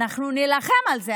אנחנו נילחם על זה,